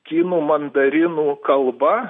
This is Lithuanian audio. kinų mandarinų kalba